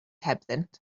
hebddynt